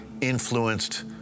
influenced